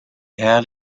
had